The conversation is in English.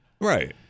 Right